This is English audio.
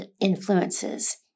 influences